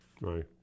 Right